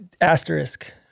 Asterisk